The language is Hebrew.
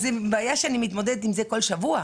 זאת בעיה שאני מתמודדת איתה כל שבוע.